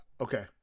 Okay